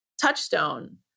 touchstone